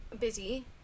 busy